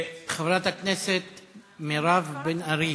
חברת הכנסת מירב בן ארי.